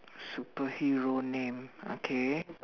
superhero name okay